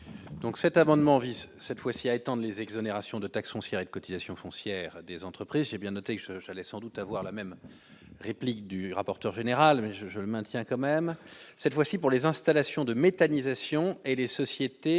Donc, cet amendement vise cette fois-ci à étendre les exonérations de taxes foncières et de cotisation foncière des entreprises, j'ai bien noté que j'allais sans doute avoir la même réplique du rapporteur général je je maintiens quand même cette fois-ci pour les installations de méthanisation et les sociétés